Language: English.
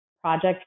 project